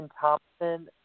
Thompson